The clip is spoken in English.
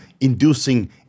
inducing